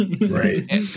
right